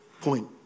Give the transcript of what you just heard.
point